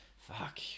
Fuck